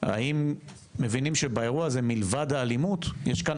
האם מבינים שבאירוע הזה מלבד האלימות יש כאן